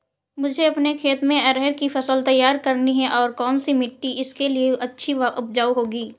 मुझे अपने खेत में अरहर की फसल तैयार करनी है और कौन सी मिट्टी इसके लिए अच्छी व उपजाऊ होगी?